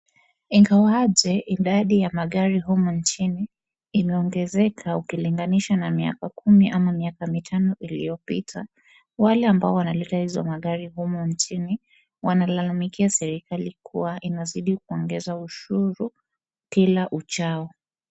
Ingawa aje idadi ya magari humu nchini imeongezeka ukilinganisha na miaka 10 ama miaka mitano iliyopita, wale ambao wanaleta hizo magari humu nchini wanalalamikia serikali kuwa inazidi kuongeza ushuru kila uchao.